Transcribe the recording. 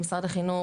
ממשרד החינוך,